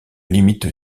limite